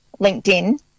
LinkedIn